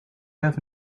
have